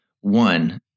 One